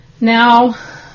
Now